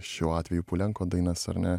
šiuo atveju pulenko dainas ar ne